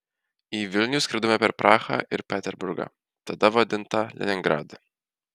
į vilnių skridome per prahą ir peterburgą tada vadintą leningradu